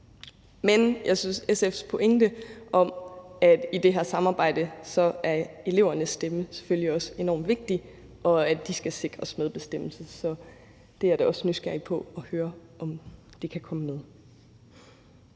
Men jeg synes, SF har en pointe i, at i det her samarbejde er elevernes stemme selvfølgelig også enormt vigtig, og at de skal sikres medbestemmelse. Så jeg er da også nysgerrig på at høre, om det kan komme med.